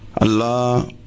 Allah